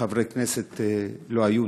חברי הכנסת לא היו,